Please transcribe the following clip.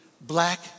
black